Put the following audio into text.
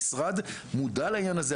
המשרד מודע לעניין הזה,